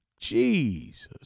Jesus